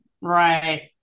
right